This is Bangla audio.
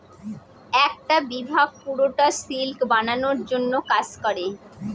একটা বিভাগ পুরোটা সিল্ক বানানোর জন্য কাজ করে